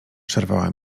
przerwała